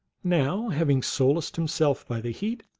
now having solaced himself by the heat,